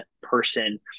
person